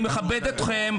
אני מכבד אתכם,